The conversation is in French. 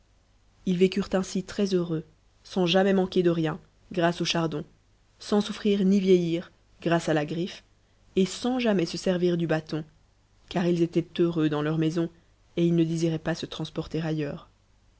ils vécurent ainsi très heureux sans jamais manquer de rien grâce au chardon sans souffrir ni vieillir grâce à la griffe et sans jamais se servir du bâton car ils étaient heureux dans leur maison et ils ne désiraient pas se transporter ailleurs